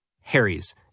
Harry's